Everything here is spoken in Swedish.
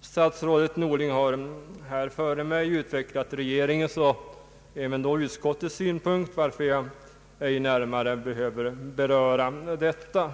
Statsrådet Norling har här före mig utvecklat regeringens och även utskottets synpunkter, varför jag ej närmare behöver beröra detta.